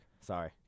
Sorry